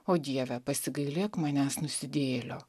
o dieve pasigailėk manęs nusidėjėlio